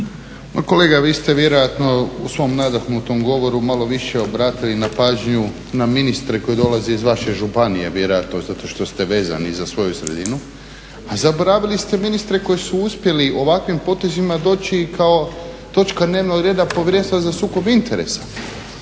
Ma kolega vi ste vjerojatno u svom nadahnutom govoru malo više obratili na pažnju na ministre koji dolaze iz vaše županije, vjerojatno zato što ste vezani za svoju sredinu a zaboravili ste ministre koji su uspjeli ovakvim potezima doći i kao točka dnevnog reda Povjerenstva za sukob interesa.